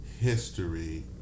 history